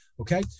Okay